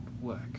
work